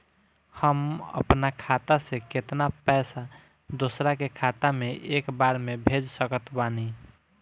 हम अपना खाता से केतना पैसा दोसरा के खाता मे एक बार मे भेज सकत बानी?